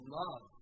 love